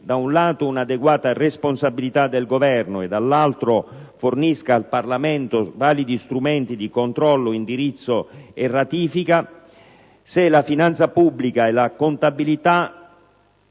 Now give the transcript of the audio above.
da un lato tuteli un'adeguata responsabilità del Governo e dall'altro fornisca al Parlamento validi strumenti di controllo, di indirizzo e ratifica, la finanza pubblica e la contabilità